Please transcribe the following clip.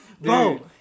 Bro